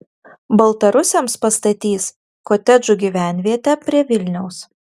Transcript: baltarusiams pastatys kotedžų gyvenvietę prie vilniaus